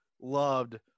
loved